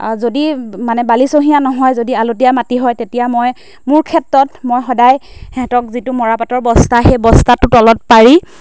যদি মানে বালিচঁহীয়া নহয় যদি আলতীয়া মাটি হয় তেতিয়া মই মোৰ ক্ষেত্ৰত মই সদায় সিহঁতক যিটো মৰাপাটৰ বস্তা সেই বস্তাটো তলত পাৰি